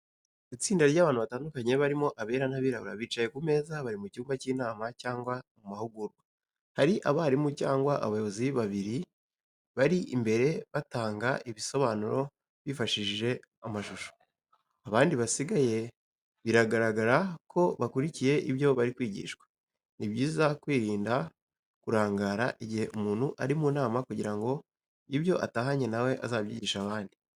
Itsinda ry’abantu batandukanye barimo abera n’abirabura, bicaye ku meza bari mu cyumba cy’inama cyangwa mu mahugurwa. Hari abarimu cyangwa abayobozi babiri bari imbere batanga ibisobanuro bifashishije amashusho, abandi basigaye biragaragara ko bakurikiye ibyo bari kwigishwa. Ni byiza kwirinda kurangara igihe umuntu ari mu nama kugira ngo ibyo atahanye na we azabyigishe abandi.